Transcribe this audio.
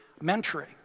mentoring